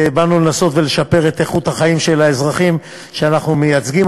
באנו לנסות לשפר את איכות החיים של האזרחים שאנחנו מייצגים,